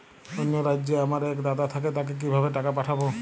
অন্য রাজ্যে আমার এক দাদা থাকে তাকে কিভাবে টাকা পাঠাবো?